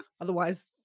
Otherwise